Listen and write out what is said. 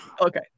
Okay